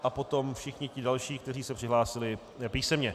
A potom všichni další, kteří se přihlásili písemně.